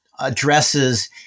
addresses